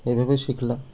এইভাবেই শিখলাম